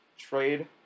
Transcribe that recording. trade